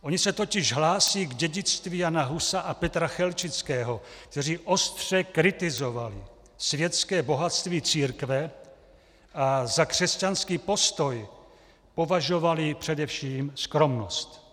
Oni se totiž hlásí k dědictví Jana Husa a Petra Chelčického, kteří ostře kritizovali světské bohatství církve a za křesťanský postoj považovali především skromnost.